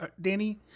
danny